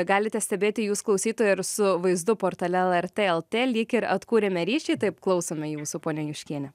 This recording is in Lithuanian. galite stebėti jūs klausytojai ir su vaizdu portale lrt lt lyg ir atkūrėme ryšį taip klausome jūsų ponia juškiene